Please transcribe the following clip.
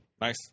Nice